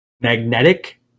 magnetic